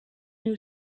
new